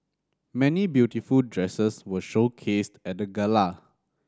many beautiful dresses were showcased at the gala